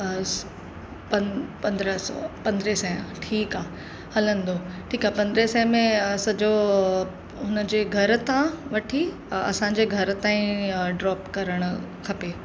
बसि पं पंद्रहं सौ पंद्रहं सौ ठीकु आहे हलंदो ठीकु आहे पंद्रहं सौ में सॼो हुनजे घर ता वठी असांजे घरु ताईं ड्रॉप करणु खपे